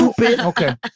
Okay